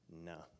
No